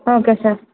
okay sir